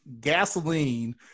gasoline